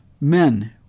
men